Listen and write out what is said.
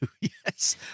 Yes